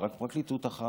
ורק פרקליטות אחת,